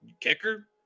Kicker